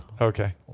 Okay